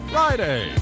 Friday